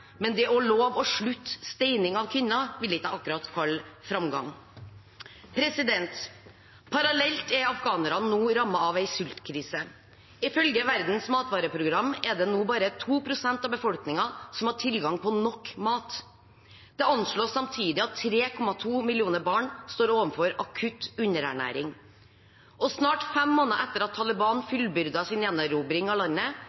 men det å love å slutte med steining av kvinner vil jeg ikke akkurat kalle framgang. Parallelt er afghanerne nå rammet av en sultkrise. Ifølge Verdens matvareprogram er det nå bare 2 pst. av befolkningen som har tilgang på nok mat. Det anslås samtidig at 3,2 millioner barn står overfor akutt underernæring. Snart fem måneder etter at Taliban fullbyrdet sin gjenerobring av landet,